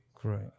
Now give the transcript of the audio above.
Great